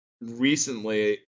recently